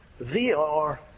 VR